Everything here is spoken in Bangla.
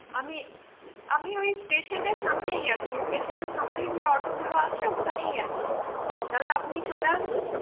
আমি আমি ওই স্টেশনে সামনেই আছি স্টেশনের সামনে যে অটোগুলো আছে ওখানেই আছি তাহলে আপনি চলে আসুন